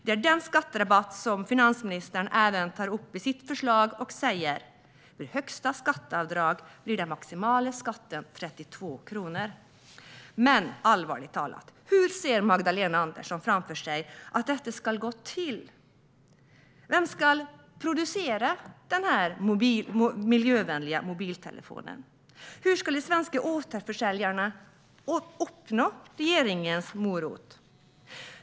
Det är denna skatterabatt som finansministern tar upp i sitt förslag när hon säger: Vid högsta skatteavdrag blir den maximala skatten 32 kronor. Allvarligt talat: Hur ser Magdalena Andersson framför sig att detta ska gå till? Vem ska producera den miljövänliga mobiltelefonen? Hur skulle de svenska återförsäljarna kunna uppnå regeringens morot?